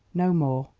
no more.